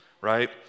right